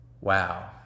Wow